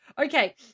okay